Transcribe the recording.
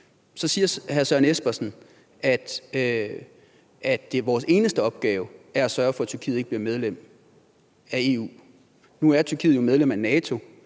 Så siger hr. Søren Espersen, at vores eneste opgave er at sørge for, at Tyrkiet ikke bliver medlem af EU. Nu er Tyrkiet jo medlem af NATO.